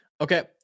Okay